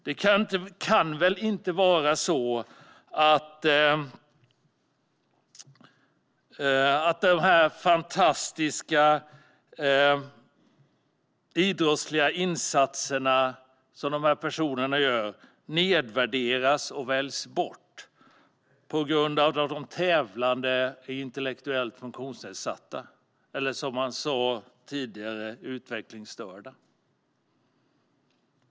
Det kan väl inte vara på det sättet att dessa personers fantastiska idrottsliga insatser nedvärderas och väljs bort på grund av att de tävlande är intellektuellt funktionsnedsatta - eller utvecklingsstörda, som man sa tidigare.